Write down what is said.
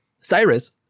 Cyrus